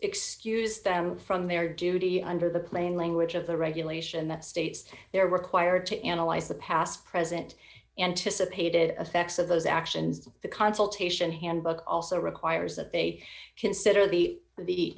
excuse them from their duty under the plain language of the regulation that states they are required to analyze the past present and to support it effects of those actions the consultation handbook also requires that they consider the